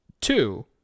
Two